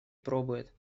пробует